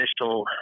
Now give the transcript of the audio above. initial